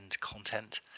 content